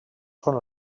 són